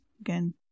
again